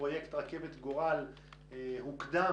שפרויקט רכבת גורל הוקדם